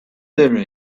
there